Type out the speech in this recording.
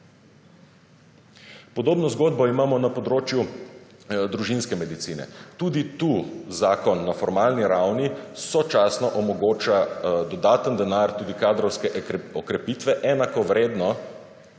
Podobno zgodbo imamo na področju družinske medicine. Tudi tu zakon na formalni ravni sočasno omogoča dodaten denar tudi kadrovske okrepitve, enakovredno,